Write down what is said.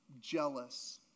jealous